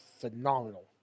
phenomenal